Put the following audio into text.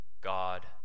God